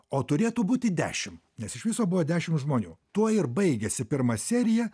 o turėtų būti dešim nes iš viso buvo dešim žmonių tuo ir baigiasi pirma serija